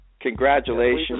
Congratulations